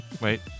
Wait